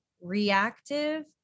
reactive